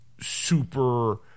super